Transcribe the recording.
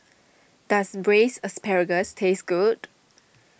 does Braised Asparagus taste good